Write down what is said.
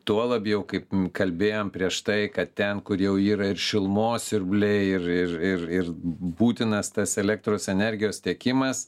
tuo labiau kaip kalbėjom prieš tai kad ten kur jau yra ir šilumos siurbliai ir ir ir ir būtinas tas elektros energijos tiekimas